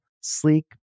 sleek